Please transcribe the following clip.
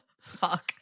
fuck